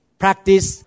practice